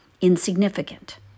insignificant